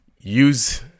use